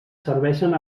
serveixen